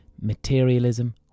materialism